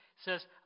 says